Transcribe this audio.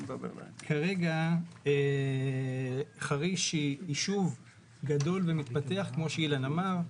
כרגע חריש היא יישוב גדל ומתפתח, כמו שאילן אמר.